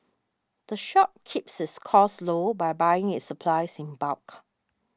the shop keeps its costs low by buying its supplies in bulk